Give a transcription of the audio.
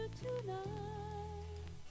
tonight